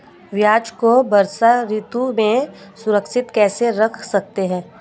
प्याज़ को वर्षा ऋतु में सुरक्षित कैसे रख सकते हैं?